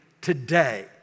today